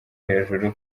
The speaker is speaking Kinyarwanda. hejuru